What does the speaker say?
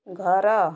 ଘର